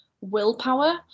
willpower